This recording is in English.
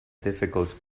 difficult